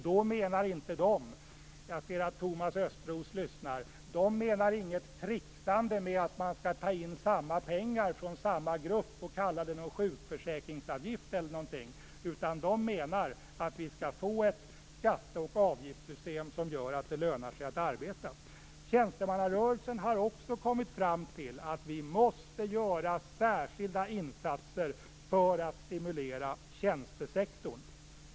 Då menar man inte - jag ser att Thomas Östros lyssnar - något trixande med att man tar in samma pengar från samma grupp och kallar det sjukförsäkringsavgift. Man menar att vi skall få ett skatte och avgiftssystem som gör att det lönar sig att arbeta. Tjänstemannarörelsen har också kommit fram till att vi måste göra särskilda insatser för att stimulera tjänstesektorn.